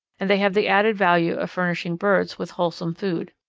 and they have the added value of furnishing birds with wholesome food.